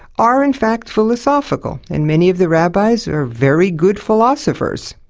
are in fact philosophical. and many of the rabbis are very good philosophers.